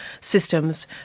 systems